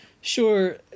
sure